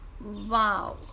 Wow